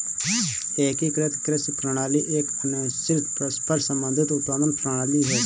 एकीकृत कृषि प्रणाली एक अन्योन्याश्रित, परस्पर संबंधित उत्पादन प्रणाली है